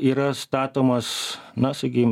yra statomas na sakykim